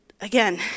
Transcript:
Again